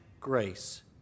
grace